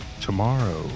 tomorrow